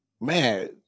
man